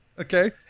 Okay